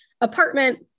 apartment